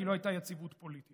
כי לא הייתה יציבות פוליטית.